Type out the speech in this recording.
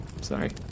Sorry